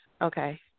Okay